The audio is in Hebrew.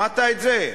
שמעת את זה?